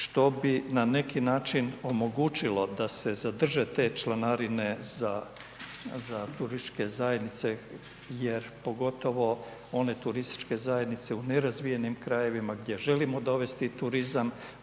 što bi na neki način omogućilo da se zadrže te članarine za turističke zajednice jer pogotovo one turističke zajednice u nerazvijenim krajevima gdje želimo dovesti turizam,